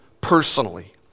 personally